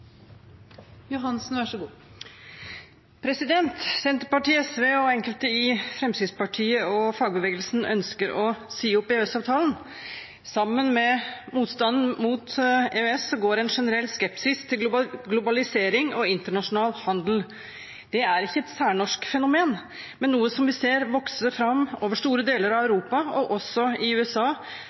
Senterpartiet, SV og enkelte i Fremskrittspartiet og fagbevegelsen ønsker å si opp EØS-avtalen. Sammen med motstanden mot EØS går det en generell skepsis til globalisering og internasjonal handel. Det er ikke et særnorsk fenomen, men noe som vi ser vokse fram over store deler av Europa og også i USA,